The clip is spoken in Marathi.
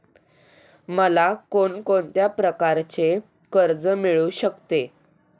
मला कोण कोणत्या प्रकारचे कर्ज मिळू शकते?